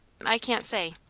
i can't say.